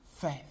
faith